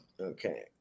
Okay